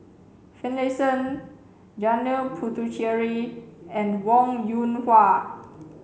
Finlayson Janil Puthucheary and Wong Yoon Wah